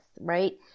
Right